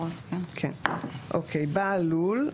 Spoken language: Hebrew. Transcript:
"בעל לול"